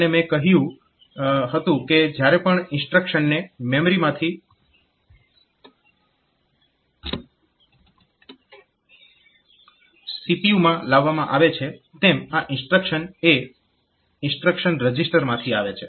અને મેં કહ્યું હતું કે જ્યારે પણ ઇન્સ્ટ્રક્શનને મેમરીમાંથી CPU માં લાવવામાં આવે છે તેમ આ ઇન્સ્ટ્રક્શન એ ઇન્સ્ટ્રક્શન રજીસ્ટર માંથી આવે છે